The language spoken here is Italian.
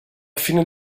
fine